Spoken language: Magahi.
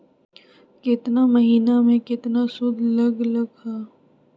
केतना महीना में कितना शुध लग लक ह?